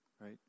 right